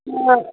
इअं